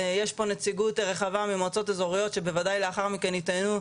יש פה נציגות רחבה ממועצות אזוריות שודאי לאחר מכן יטענו,